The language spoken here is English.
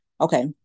Okay